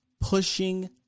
Pushing